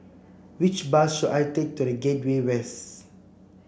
which bus should I take to The Gateway West